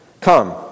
Come